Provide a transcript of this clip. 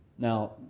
Now